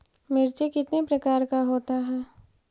मिर्ची कितने प्रकार का होता है?